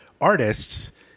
artists –